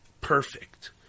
perfect